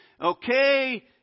okay